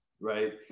right